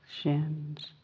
shins